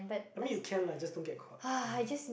I mean you can lah just don't get caught I mean